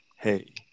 hey